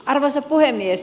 arvoisa puhemies